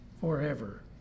forever